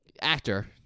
actor